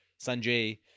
sanjay